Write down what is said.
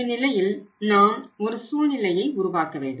இந்நிலையில் நாம் ஒரு சூழ்நிலையை உருவாக்க வேண்டும்